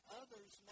others